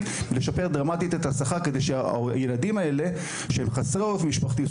ולשפר דרמטית את השכר כדי שהילדים האלה שהם חברי עורף משפחתי,